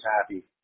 happy